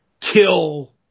kill